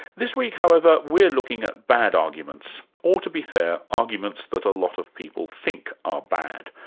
this week however, we're looking at bad arguments, or to be fair, arguments that a lot of people think are bad.